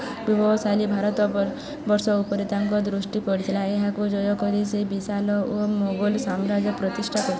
ବୈଭବଶାଳୀ ଭାରତ ବର୍ଷ ଉପରେ ତାଙ୍କ ଦୃଷ୍ଟି ପଡ଼ିଥିଲା ଏହାକୁ ଜୟ କରି ସେ ବିଶାଳ ଓ ମୋଗଲ ସାମ୍ରାଜ୍ୟ ପ୍ରତିଷ୍ଠା କରିଥିଲେ